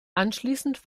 anschließend